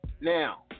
now